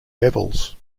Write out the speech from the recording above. devils